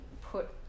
put